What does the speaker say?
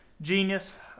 genius